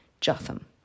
Jotham